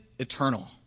Eternal